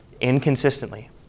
inconsistently